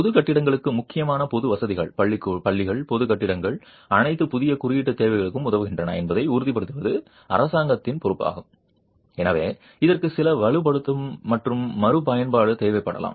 பொது கட்டிடங்களுக்கு முக்கியமான பொது வசதிகள் பள்ளிகள் பொது கட்டிடங்கள் அனைத்தும் புதிய குறியீடு தேவைகளுக்கு உதவுகின்றன என்பதை உறுதிப்படுத்துவது அரசாங்கத்தின் பொறுப்பாகும் எனவே இதற்கு சில வலுப்படுத்தும் மற்றும் மறுபயன்பாடு தேவைப்படலாம்